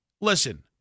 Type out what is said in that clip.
listen